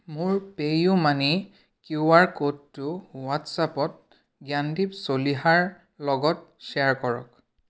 মোৰ PayUmoney Q R ক'ডটো হোৱাটচএপত জ্ঞানদীপ চলিহাৰ লগত শ্বেয়াৰ কৰক